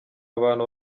abantu